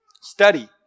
study